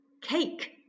cake